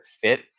fit